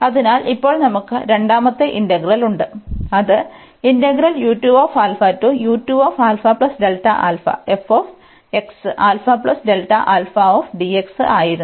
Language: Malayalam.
അതിനാൽ ഇപ്പോൾ നമുക്ക് രണ്ടാമത്തെ ഇന്റഗ്രൽ ഉണ്ട് അത് ആയിരുന്നു